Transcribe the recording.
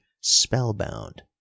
spellbound